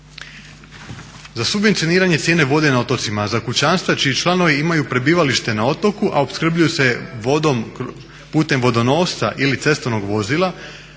Za subvencioniranje cijene vode na otocima za kućanstva čiji članovi imaju prebivalište na otoku, a opskrbljuju se vodom putem vodonosca ili cestovnog vozila